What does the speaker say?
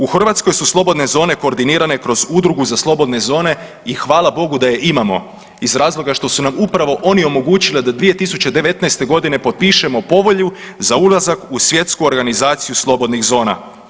U Hrvatskoj su slobodne zone koordinirane kroz udrugu za slobodne zone i hvala Bogu da je imamo iz razloga što su nam upravo one omogućile da 2019. potpišemo povelju za ulazak u Svjetsku organizaciju slobodnih zona.